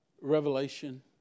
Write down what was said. Revelation